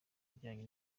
ijyanye